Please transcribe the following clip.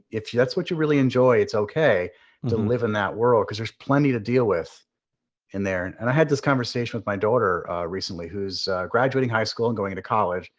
if that's what you really enjoy, it's okay live in that world, cause there's plenty to deal with in there. and and i had this conversation with my daughter recently, who is graduating high school and going into college.